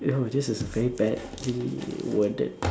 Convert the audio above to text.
oh this is a very badly worded